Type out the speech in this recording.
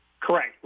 Correct